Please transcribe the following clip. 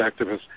activists